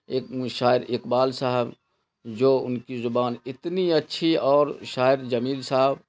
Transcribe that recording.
ایک شاعر اقبال صاحب جو ان کی زبان اتنی اچھی اور شاعر جمیل صاحب